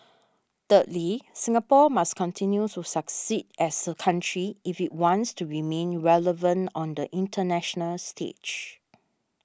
thirdly Singapore must continue to succeed as a country if it wants to remain relevant on the international stage